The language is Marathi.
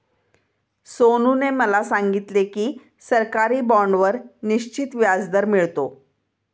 सोनूने मला सांगितले की सरकारी बाँडवर निश्चित व्याजदर मिळतो